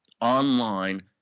online